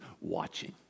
watching